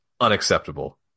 unacceptable